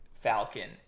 Falcon